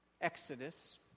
Exodus